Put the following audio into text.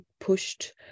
pushed